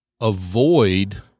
avoid –